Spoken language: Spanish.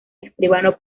escribano